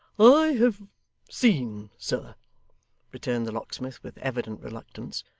i have seen, sir returned the locksmith with evident reluctance,